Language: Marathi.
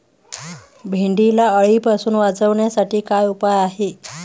भेंडीला अळीपासून वाचवण्यासाठी काय उपाय आहे?